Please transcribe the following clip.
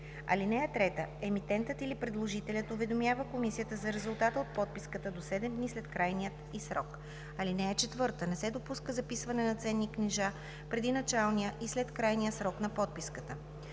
ал. 1. (3) Емитентът или предложителят уведомява комисията за резултата от подписката до 7 дни след крайния ѝ срок. (4) Не се допуска записване на ценни книжа преди началния и след крайния срок на подписката.